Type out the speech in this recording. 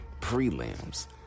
prelims